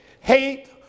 hate